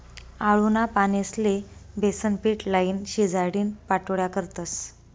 आळूना पानेस्ले बेसनपीट लाईन, शिजाडीन पाट्योड्या करतस